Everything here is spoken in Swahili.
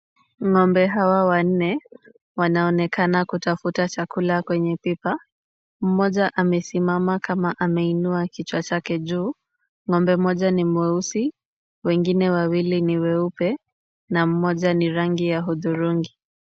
Ng'ombe hawa wanne wanaonekana kutafuta chakula kwenye pipa. Mmoja amesimama kama ameinua kichwa chake juu. Ng'ombe mmoja ni mweusi, wengine wawili ni weupe na mmoja ni rangi ya hudhurungi.